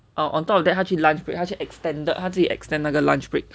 eh then on top of that 他去 lunch break 他去 extended 他自己 extend 那个 lunch break